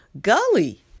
gully